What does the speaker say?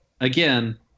Again